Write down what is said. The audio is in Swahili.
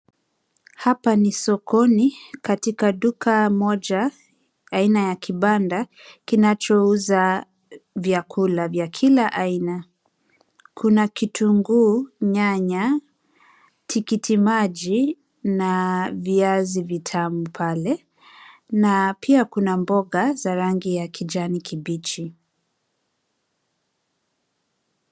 Hapa ni sokoni katika duka moja aina ya kibanda kinachouza vyakula vya kila aina. Kuna kitunguu, nyanya, tikitimaji na viazi vitamu pale na pia kuna mboga za rangi ya kijani kibichi.